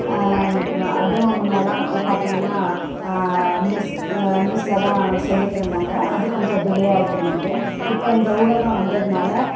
ம அதுவும் முன்னெல்லாம் பார்த்திங்கனா நியூஸ் நியூஸில் தான் சொல்லிட்டிருந்தாங்க அது கொஞ்சம் டிலே ஆயிட்டிருந்துது இப்போது இந்த ஊடகம் வந்ததினால